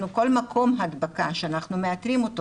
כל מקום הדבקה שאנחנו מאתרים אותו